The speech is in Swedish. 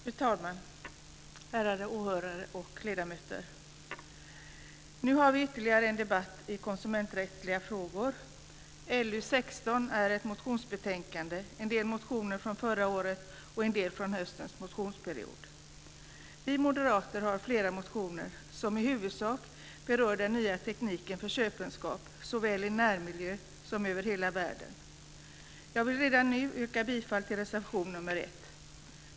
Fru talman! Ärade åhörare och ledamöter! Nu har vi ytterligare en debatt i konsumenträttsliga frågor. En del motioner är från förra året och en del från höstens motionsperiod. Vi moderater har flera motioner som i huvudsak berör den nya tekniken för köpenskap, såväl i närmiljö som över hela världen. Jag vill redan nu yrka bifall till reservation nr 1.